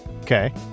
Okay